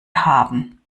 haben